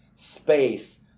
space